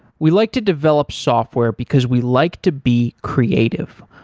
we like to develop software because we like to be creative.